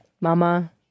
mama